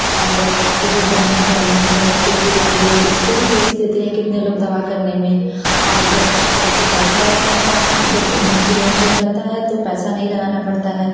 और आपको जो बैंक बैलेंस है खेती बाड़ी इसको भी बेच देते हैं कितने लोग दवा करने में और जब वैसे पैसा रहता है जब इंसुरेंस हुआ रहता है तो पैसा नहीं लगाना पड़ता है